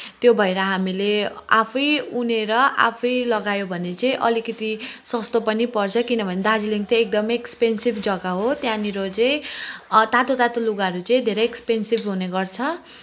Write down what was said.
त्यो भएर हामीले आफै उनेर आफै लगायो भने चाहिँ अलिकति सस्तो पनि पर्छ किनभने दार्जिलिङ चाहिँ एकदमै एक्सपेन्सिभ जग्गा हो त्यहाँनिर चाहिँ तातो तातो लुगाहरू चाहिँ धेरै एक्सपेन्सिभ हुने गर्छ